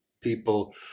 people